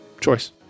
choice